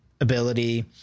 ability